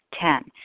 Ten